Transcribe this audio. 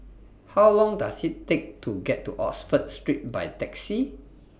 How Long Does IT Take to get to Oxford Street By Taxi